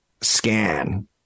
scan